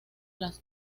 las